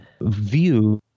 view